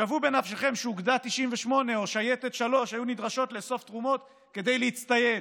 שוו בנפשכם שאוגדה 98 או שייטת 3 היו נדרשות לאסוף תרומות כדי להצטייד.